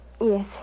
Yes